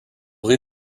rez